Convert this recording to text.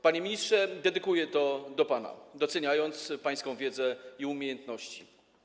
Panie ministrze, kieruję to do pana, doceniając pańską wiedzę i umiejętności.